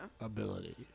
Ability